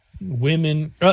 Women